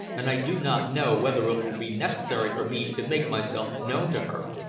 and i do not know whether it will be necessary for me to make myself known to her.